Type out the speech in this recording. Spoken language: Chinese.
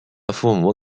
父母